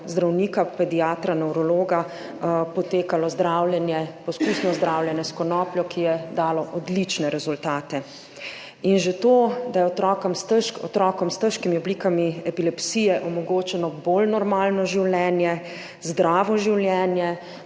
zdravnika, pediatra nevrologa, potekalo zdravljenje, poskusno zdravljenje s konopljo, ki je dalo odlične rezultate. In že to, da je otrokom, otrokom s težkimi oblikami epilepsije omogočeno bolj normalno življenje, zdravo življenje,